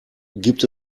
gibt